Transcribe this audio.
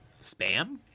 spam